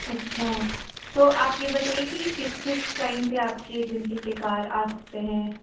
اچھا تو آپ یہ بتائیے کہ کس کس ٹائم پہ آپ کی ایجنسی کے کار آ سکتے ہیں